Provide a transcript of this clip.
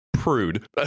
prude